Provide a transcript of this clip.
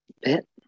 bit